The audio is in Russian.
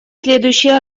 следующий